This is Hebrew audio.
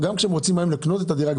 גם כשהם רוצים לקנות את הדירה,